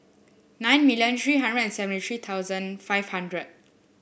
nine million three hundred and seventy three thousand five hundred